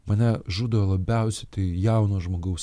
mane žudo labiausia tai jauno žmogaus